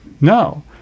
no